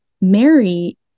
Mary